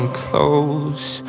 close